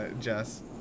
Jess